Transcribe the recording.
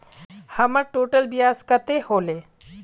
हमर टोटल ब्याज कते होले?